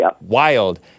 wild